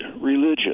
religion